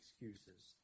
excuses